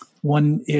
one